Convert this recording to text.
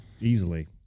Easily